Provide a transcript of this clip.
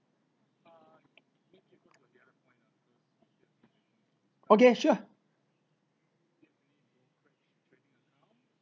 okay sure